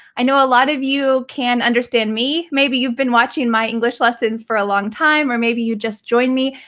i know a lot of you can understand me, maybe you've been watching my english lessons for a long time, or maybe you just joined me.